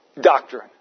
doctrine